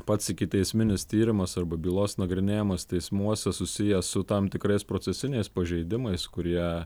pats ikiteisminis tyrimas arba bylos nagrinėjimas teismuose susijęs su tam tikrais procesiniais pažeidimais kurie